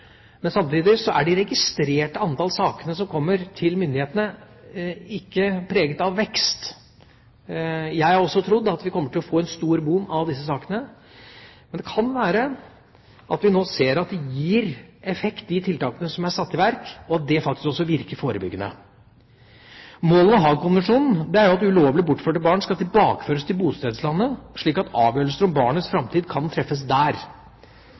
Men samtidig er antallet registrerte saker som kommer til myndighetene, ikke preget av vekst. Jeg har også trodd at vi kommer til å få en stor boom av disse sakene, men det kan være at vi nå ser at de tiltakene som er satt i verk, gir effekt, og at de faktisk også virker forebyggende. Målet med Haagkonvensjonen er at ulovlig bortførte barn skal tilbakeføres til bostedslandet, slik at avgjørelser om barnets framtid kan treffes der.